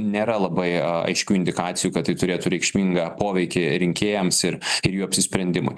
nėra labai aiškių indikacijų kad tai turėtų reikšmingą poveikį rinkėjams ir ir jų apsisprendimui